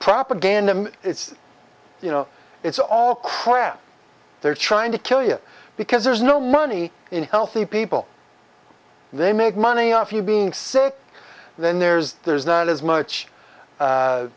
propaganda it's you know it's all crap they're trying to kill you because there's no money in healthy people they make money off you being sick and then there's there's not as much